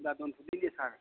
होमबा दोनथ'दिनि सार